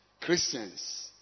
Christians